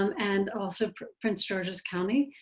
um and also prince george's county.